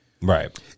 Right